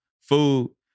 food